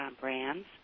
brands